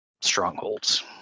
strongholds